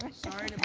sorry